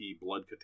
blood